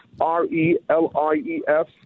R-E-L-I-E-F